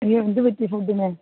അയ്യോ എന്തു പറ്റി ഫുഡ്ഡിന്